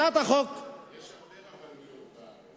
יש הרבה רבנויות בארץ.